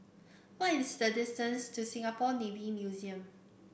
why is the distance to Singapore Navy Museum